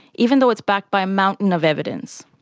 even though it's backed by a mountain of evidence.